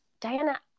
Diana